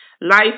Life